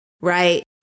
right